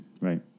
Right